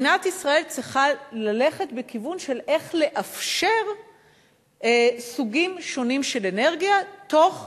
מדינת ישראל צריכה ללכת בכיוון של איך לאפשר סוגים שונים של אנרגיה תוך